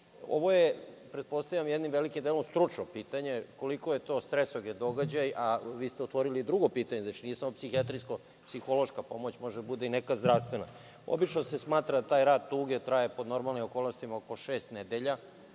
je pretpostavljam jednim velikim delom stručno pitanje koliko je to stresogen događaj, a vi ste otvorili drugo pitanje, znači nije samo psihijatrijsko-psihološka pomoć može da bude i neka zdravstvena. Obično se smatra taj rad tuge traje pod normalnim okolnostima oko šest nedelja.